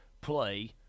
play